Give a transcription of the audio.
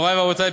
מורי ורבותי,